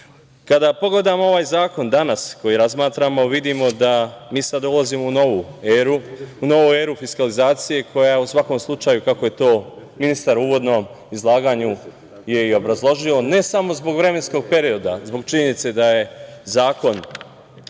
pogledamo ovaj zakon danas koji razmatramo, vidimo da mi sada ulazimo u novu eru, u novu eru fiskalizacije, koja u svakom slučaju, kako je to ministar u uvodno izlaganju i obrazložio, ne samo zbog vremenskog perioda, zbog činjenice da je Zakon